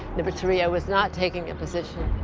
number three i was not taking a position